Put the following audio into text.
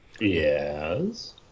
Yes